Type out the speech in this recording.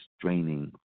draining